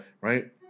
right